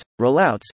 rollouts